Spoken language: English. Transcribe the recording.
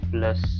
Plus